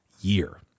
year